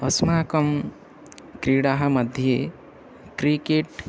अस्माकं क्रीडामध्ये क्रिकेट्